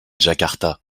jakarta